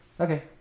Okay